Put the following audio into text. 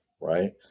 right